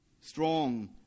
strong